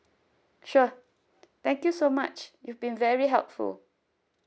sure thank you so much you've been very helpful